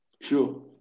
Sure